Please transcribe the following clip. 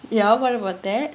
ya what about that